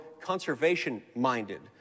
conservation-minded